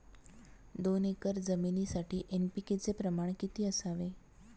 दोन एकर जमीनीसाठी एन.पी.के चे प्रमाण किती असावे?